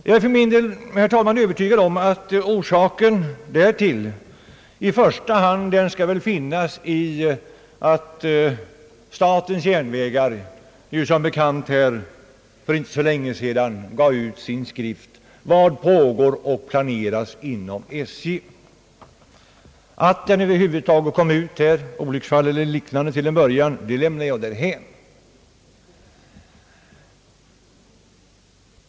Jag är övertygad om att orsaken därtill i första hand är att statens järnvägar som bekant för inte så länge sedan gav ut sin skrift »Vad pågår och planeras inom SJ». Anledningen till att den över huvud taget kom ut — olycksfall i arbetet eller inte — lämnar jag därhän.